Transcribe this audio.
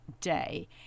day